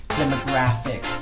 demographic